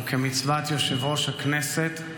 וכמצוות יושב-ראש הכנסת,